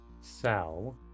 Sal